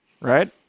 right